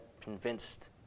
convinced